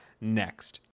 next